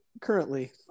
currently